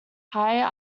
higher